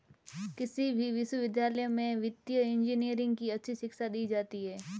किसी भी विश्वविद्यालय में वित्तीय इन्जीनियरिंग की अच्छी शिक्षा दी जाती है